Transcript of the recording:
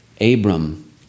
Abram